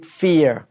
fear